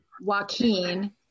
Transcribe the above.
Joaquin